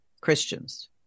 Christians